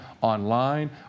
online